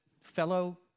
fellow